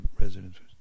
residences